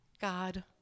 God